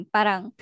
Parang